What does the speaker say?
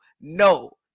No